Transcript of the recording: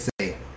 say